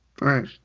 right